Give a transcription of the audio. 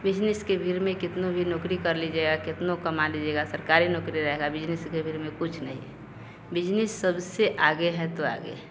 business की भीड़ में कितना भी नौकरी कर लीजिएगा कितना भी कमा लीजिएगा सरकारी नौकरी रहेगा बिजनिस के एवज में कुछ नहीं है बिजनिस सबसे आगे है तो आगे है